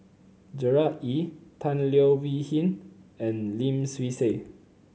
Gerard Ee Tan Leo Wee Hin and Lim Swee Say